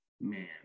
man